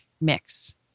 mix